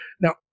now